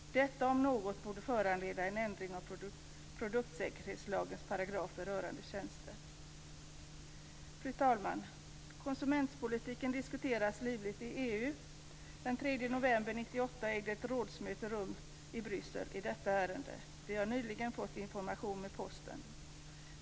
Detta om något borde föranleda en ändring av produktsäkerhetslagens paragrafer rörande tjänster. Fru talman! Konsumentpolitiken diskuteras livligt i EU. Den 3 november 1998 ägde ett rådsmöte rum i Bryssel i detta ärende. Vi har nyligen fått information med posten.